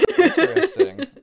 Interesting